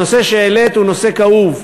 הנושא שהעלית הוא נושא כאוב.